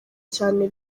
cyane